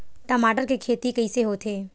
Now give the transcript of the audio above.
टमाटर के खेती कइसे होथे?